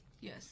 Yes